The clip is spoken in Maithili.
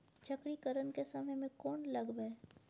चक्रीकरन के समय में कोन लगबै?